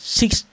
six